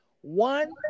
one